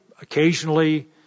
occasionally